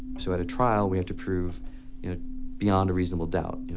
so at a trial, we have to prove beyond reasonable doubt,